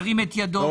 ירים את ידו.